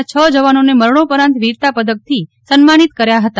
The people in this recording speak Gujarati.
ના છ જવાનોને મરશોપરાંત વીરતા પદકથી સન્માનીત કર્યા હતા